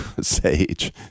sage